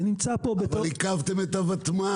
זה נמצא פה בתוך --- אבל עיכבתם את הותמ"ל.